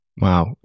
Wow